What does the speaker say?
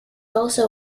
also